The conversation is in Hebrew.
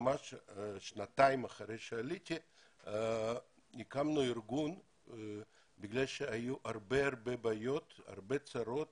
שנתיים אחרי שעליתי הקמנו ארגון כי היו הרבה בעיות והרבה צרות